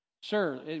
Sure